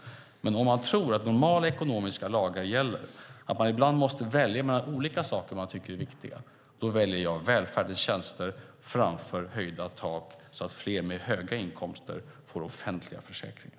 Men om man tror att normala ekonomiska lagar gäller och om man ibland måste välja mellan olika saker man tycker är viktiga väljer jag välfärdens tjänster framför höjda tak så att fler med höga inkomster får offentliga försäkringar.